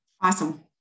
Awesome